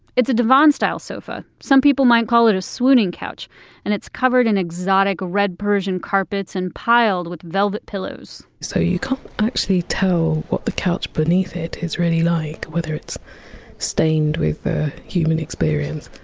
it's a divan-style sofa. some people might call it a swooning couch and it's covered in exotic red persian carpets and piled with velvet pillows so you can't actually tell what the couch beneath it is really like, whether it's stained with the human experience.